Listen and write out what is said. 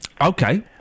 Okay